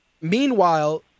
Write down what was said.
Meanwhile